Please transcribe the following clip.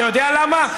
אתה יודע למה?